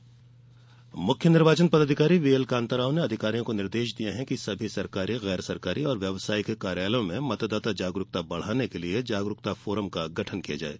मतदाता जागरूकता मुख्य निर्वाचन पदाधिकारी व्हीएल कांताराव ने अधिकारियों को निर्देश दिये हैं कि सभी सरकारी गैर सरकारी और व्यावसायिक कार्यालयों में मतदाता जागरूकता बढ़ाने के लिये जागरूकता फोरम का गठन किया जाये